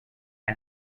and